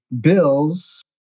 Bills